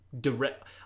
direct